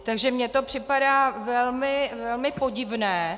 Takže mně to připadá velmi podivné.